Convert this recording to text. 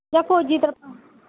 जा फौजी तरपाल ऐ